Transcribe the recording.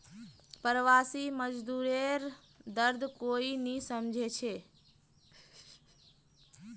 प्रवासी मजदूरेर दर्द कोई नी समझे छे